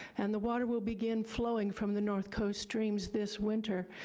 and the water will begin flowing from the north coast streams this winter.